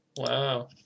Wow